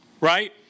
right